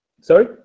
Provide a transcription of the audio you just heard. Sorry